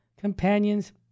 companions